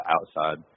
outside